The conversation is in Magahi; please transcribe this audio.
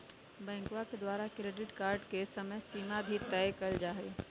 बैंकवा के द्वारा क्रेडिट कार्ड के समयसीमा भी तय कइल जाहई